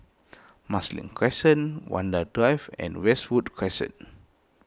Marsiling Crescent Vanda Drive and Westwood Crescent